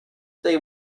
they